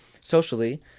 socially